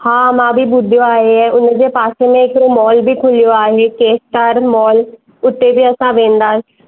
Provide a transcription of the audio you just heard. हा मां बि ॿुधियो आहे ईअं हुन जे पासे में हिकिड़ो मॉल बि खुलियो आहे के स्टार मॉल उते बि असां वेंदासि